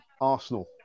Arsenal